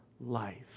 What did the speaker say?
life